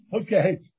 Okay